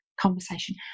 conversation